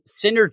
synergy